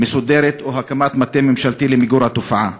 מסודרת או להקים מטה ממשלתי למיגור התופעה.